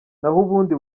nahubundi